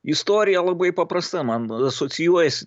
istorija labai paprasta man asocijuojasi